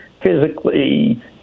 physically